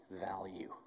value